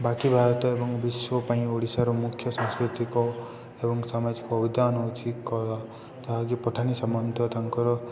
ବାକି ଭାରତ ଏବଂ ବିଶ୍ଵ ପାଇଁ ଓଡ଼ିଶାର ମୁଖ୍ୟ ସାଂସ୍କୃତିକ ଏବଂ ସାମାଜିକ ଉଦ୍ୟାନ ହେଉଛି କଳା ଯାହାକି ପଠାନି ସାମନ୍ତ ତାଙ୍କର